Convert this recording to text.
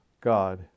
God